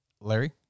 Larry